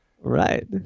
Right